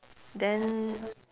then